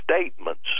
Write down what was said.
statements